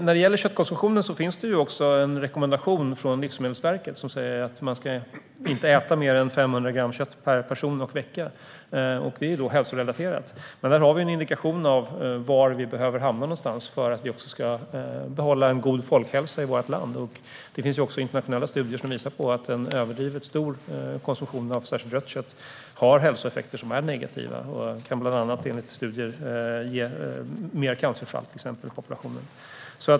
När det gäller köttkonsumtionen finns det också en rekommendation från Livsmedelsverket som säger att man inte ska äta mer än 500 gram kött per person och vecka. Det är hälsorelaterat. Men där har vi en indikation på var vi bör hamna någonstans för att vi också ska behålla en god folkhälsa i vårt land. Det finns också internationella studier som visar på att en överdrivet stor konsumtion av särskilt rött kött har hälsoeffekter som är negativa. Det kan bland annat, enligt studier, ge fler cancerfall i populationen.